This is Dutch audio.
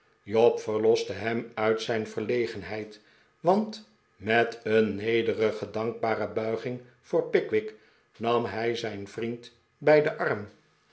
job verloste hem uit zijn verlegenheid want met een nederige dankbare bulging voor pickwick nam hij zijn vriend bij den arm